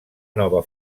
nova